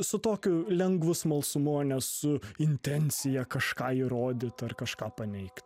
su tokiu lengvu smalsumu o ne su intencija kažką įrodyt ar kažką paneigt